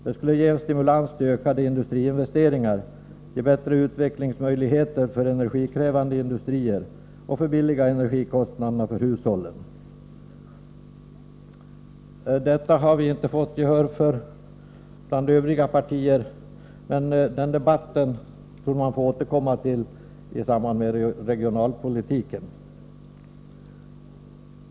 Det skulle ge en stimulans till ökade industriinvesteringar, ge bättre utvecklingsmöjligheter för energikrävande industrier och sänka energikostnaderna för hushållen. Detta har vi inte fått gehör för bland övriga partier, men den här debatten torde vi få återkomma till i samband med regionalpolitiken.